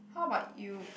how about you